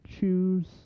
choose